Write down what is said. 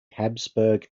habsburg